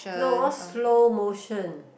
no all slow motion